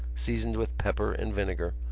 seasoned with pepper and vinegar,